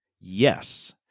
Yes